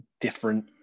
different